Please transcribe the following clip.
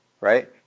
right